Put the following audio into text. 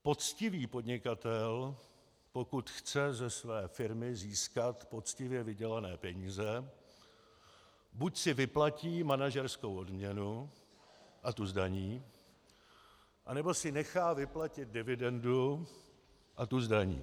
Poctivý podnikatel, pokud chce ze své firmy získat poctivě vydělané peníze, buď si vyplatí manažerskou odměnu a tu zdaní, anebo si nechá vyplatit dividendu a tu zdaní.